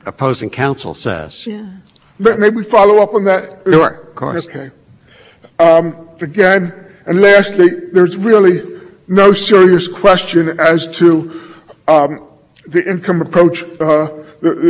approach as not just like the reproduction cost is not perfect but this one was done by the book and there is nobody who has shown anything other than this was an income approach as that income approach is